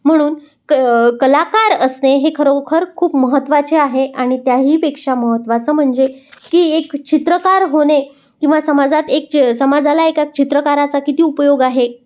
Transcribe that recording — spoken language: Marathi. म्हणून क कलाकार असणे हे खरोखर खूप महत्त्वाचे आहे आणि त्याहीपेक्षा महत्त्वाचं म्हणजे की एक चित्रकार होणे किंवा समाजात एक ज समाजाला एक चित्रकाराचा किती उपयोग आहे